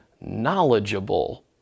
knowledgeable